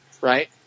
right